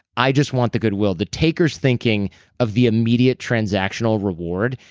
i just want the good will. the taker's thinking of the immediate transactional reward.